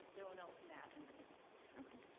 there were no from that and yeah okay.